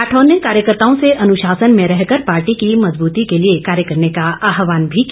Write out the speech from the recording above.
राठौर ने कार्यकर्ताओं से अनुशासन में रह कर पार्टी की मजबूती के लिए कार्य करने का आहवान भी किया